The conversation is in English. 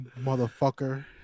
motherfucker